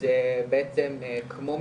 זה בעצם כמו מגמה,